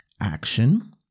action